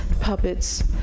puppets